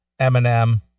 Eminem